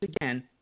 again